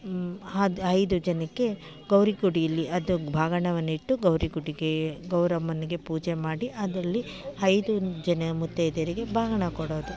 ಅದು ಐದು ಜನಕ್ಕೆ ಗೌರಿ ಗುಡಿಯಲ್ಲಿ ಅದು ಬಾಗಿಣವನ್ನಿಟ್ಟು ಗೌರಿ ಗುಡಿಗೆ ಗೌರಮ್ಮನಿಗೆ ಪೂಜೆ ಮಾಡಿ ಅದಲ್ಲಿ ಐದು ಜನ ಮುತ್ತೈದೆಯರಿಗೆ ಬಾಗಿಣ ಕೊಡೋದು